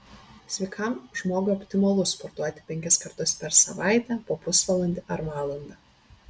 sveikam žmogui optimalu sportuoti penkis kartus per savaitę po pusvalandį ar valandą